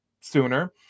sooner